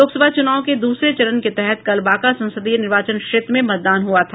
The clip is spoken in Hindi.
लोकसभा चुनाव के दूसरे चरण के तहत कल बांका संसदीय निर्वाचन क्षेत्र में मतदान हुआ था